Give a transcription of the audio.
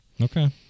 okay